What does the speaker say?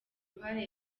uruhare